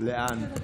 לאן?